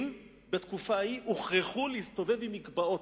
בתקופה ההיא גברים הוכרחו להסתובב עם מגבעות.